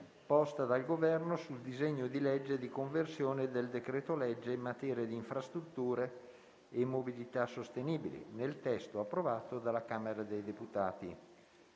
posta dal Governo sul disegno di legge di conversione del decreto-legge in materia di infrastrutture e mobilità sostenibili, nel testo approvato dalla Camera dei deputati.